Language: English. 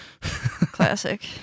Classic